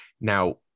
now